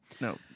No